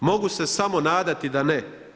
Mogu se samo nadati da ne.